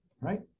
right